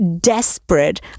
desperate